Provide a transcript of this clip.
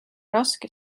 raske